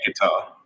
guitar